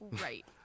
Right